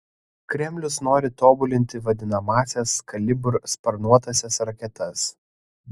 kremlius nori tobulinti vadinamąsias kalibr sparnuotąsias raketas